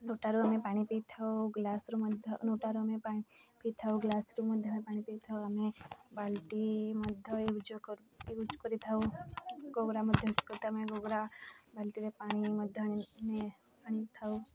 ନଟାରୁ ଆମେ ପାଣି ପିଇଥାଉ ଗ୍ଲାସ୍ରୁ ମଧ୍ୟ ନଟାରୁ ଆମେ ପାଣି ପିଇଥାଉ ଗ୍ଲାସ୍ରୁ ମଧ୍ୟ ଆମେ ପାଣି ପିଇଥାଉ ଆମେ ବାଲ୍ଟି ମଧ୍ୟ ୟୁଜ୍ ୟୁଜ୍ କରିଥାଉ ଗଗରା ମଧ୍ୟ ୟୁଜ୍ କରିଥାଉ ଆମେ ଗଗରା ବାଲ୍ଟିରେ ପାଣି ମଧ୍ୟ ଆଣି ଆଣିଥାଉ